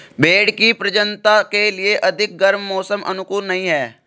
भेंड़ की प्रजननता के लिए अधिक गर्म मौसम अनुकूल नहीं है